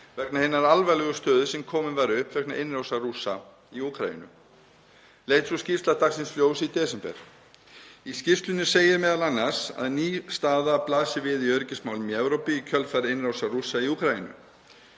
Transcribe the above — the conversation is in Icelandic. vegna hinnar alvarlegu stöðu sem komin var upp vegna innrásar Rússa í Úkraínu. Leit sú skýrsla dagsins ljós í desember. Í skýrslunni segir m.a. að ný staða blasi við í öryggismálum í Evrópu í kjölfar innrásar Rússa í Úkraínu.